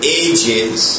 ages